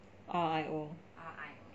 r i o